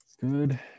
Good